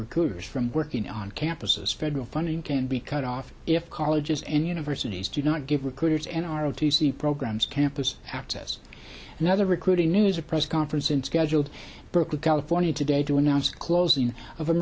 recruiters from working on campuses federal funding can be cut off if colleges and universities do not give recruiters an r o t c programs campus access another recruiting news a press conference in scheduled berkeley california today to announce a closing of a